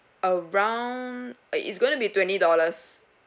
around uh it's gonna be twenty dollars